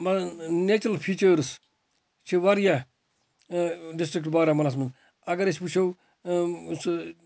natural features چھِ واریاہ district بارہمولہَس مَنٛز اَگر أسۍ وُچھو سُہ